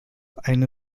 eine